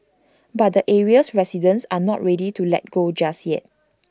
but the area's residents are not ready to let go just yet